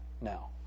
now